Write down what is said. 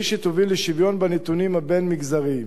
והיא שתוביל לשוויון בנתונים הבין-מגזריים.